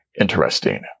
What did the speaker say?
interesting